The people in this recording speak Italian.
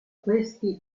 questi